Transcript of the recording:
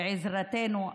בעזרתנו,